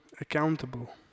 accountable